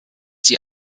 sie